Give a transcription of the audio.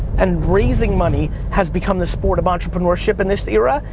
and raising money has become the sport of entrepreneurship in this era,